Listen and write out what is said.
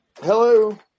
Hello